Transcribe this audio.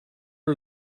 are